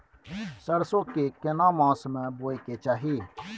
सरसो के केना मास में बोय के चाही?